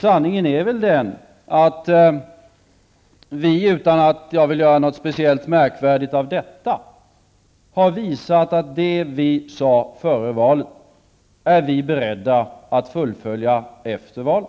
Sanningen är väl den att vi, utan att jag vill göra något speciellt märkvärdigt av detta, har visat att det vi sade före valet är vi beredda att fullfölja efter valet.